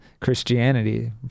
Christianity